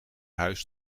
huis